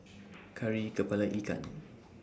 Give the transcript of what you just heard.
Kari Kepala Ikan